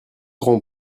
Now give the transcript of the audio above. grand